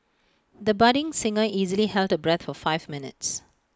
the budding singer easily held her breath for five minutes